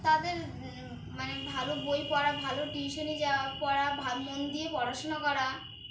তাদের মানে ভালো বই পড়া ভালো টিউশনে যাওয়া পড়া ভাল মন দিয়ে পড়াশোনা করা